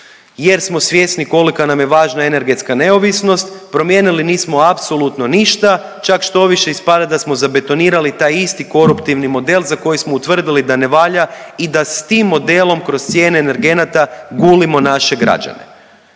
jer smo svjesni kolika nam je važna energetska neovisnost, promijenili nismo apsolutno ništa. Čak štoviše, ispada da smo zabetonirali taj isti koruptivni model za kojeg smo utvrdili da ne valja i da s tim modelom kroz cijene energenata gulimo naše građane.